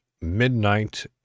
midnight